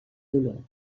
dolor